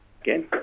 again